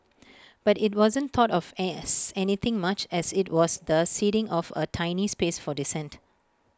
but IT wasn't thought of as anything much as IT was the ceding of A tiny space for dissent